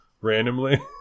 randomly